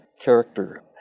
character